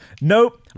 nope